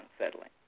unsettling